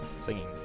singing